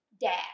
dad